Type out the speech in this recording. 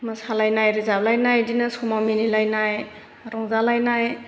मोसालायनाय रोजाबलायनाय बिदिनो समाव मिनि लायनाय रंजालायनाय